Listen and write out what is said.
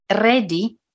ready